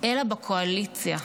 אלא בקואליציה.